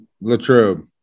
Latrobe